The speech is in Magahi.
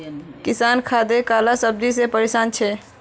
किसान खादेर काला बाजारी से परेशान छे